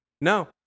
No